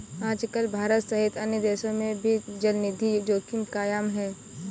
आजकल भारत सहित अन्य देशों में भी चलनिधि जोखिम कायम है